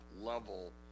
level